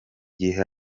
gihe